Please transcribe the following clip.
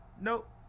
Nope